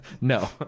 no